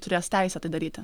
turės teisę tai daryti